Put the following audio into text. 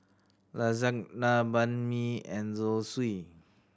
Lasagna Banh Mi and Zosui